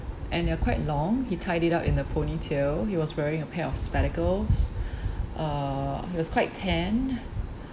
and they're quite long he tied it up in a ponytail he was wearing a pair of spectacles uh he was quite tanned